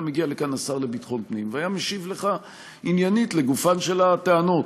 היה מגיע לכאן השר לביטחון פנים והיה משיב לך עניינית לגופן של הטענות.